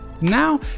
Now